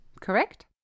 Correct